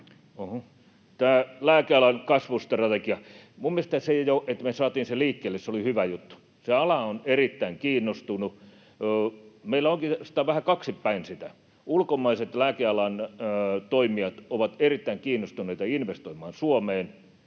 tästä lääkealan kasvustrategiasta. Minun mielestäni se jo, että me saatiin se liikkeelle, oli hyvä juttu. Se ala on erittäin kiinnostunut. Meillä onkin sitä vähän kahdelta päin. Ulkomaiset lääkealan toimijat ovat erittäin kiinnostuneita investoimaan Suomeen,